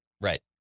Right